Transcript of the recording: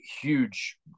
huge